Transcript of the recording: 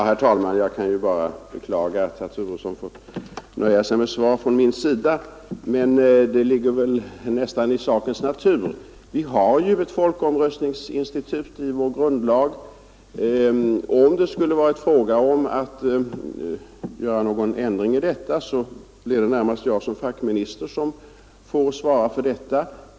Herr talman! Jag kan ju bara beklaga att herr Turesson fått nöja sig med svar från min sida, men det ligger väl i sakens natur. Vi har ju ett folkomröstningsinstitut i vår grundlag. Om det skulle ha varit fråga om att göra någon ändring i detta, blir det närmast jag som fackminister som får svara för det.